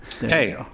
hey